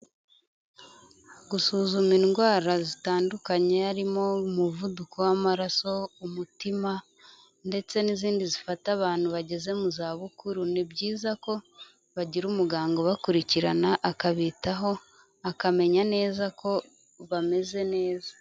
Gusuzuma indwara zitandukanye harimo umuvuduko w'amaraso, umutima ndetse n'izindi zifata abantu bageze mu zabukuru ni byiza ko bagira umuganga ubakurikirana, akabitaho akamenya neza ko bameze neza.